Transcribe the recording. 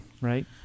right